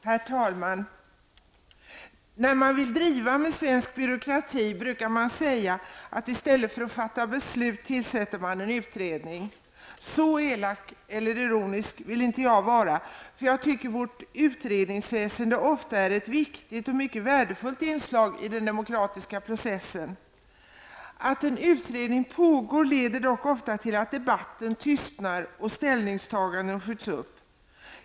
Herr talman! När man vill driva med svensk byråkrati brukar man säga att i stället för att fatta beslut tillsätts det en utredning. Så elak och ironisk vill jag inte vara, för jag tycker att vårt utredningsväsende ofta är ett viktigt och mycket värdefullt inslag i den demokratiska processen. Att en utredning pågår leder dock ofta till att debatten tystnar och att ställningstaganden skjuts upp.